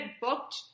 booked